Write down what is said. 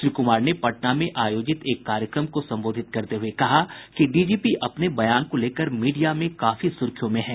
श्री कुमार ने पटना में आयोजित एक कार्यक्रम को संबोधित करते हुए कहा कि डीजीपी अपने बयान को लेकर मीडिया में काफी सुर्खियों में हैं